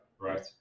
right